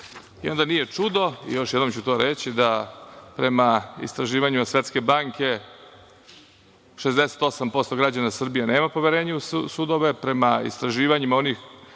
toga. Onda nije čudo i još jednom ću to reći, da prema istraživanju Svetske banke 68% građana Srbije nema poverenje u sudove, prema istraživanjima onih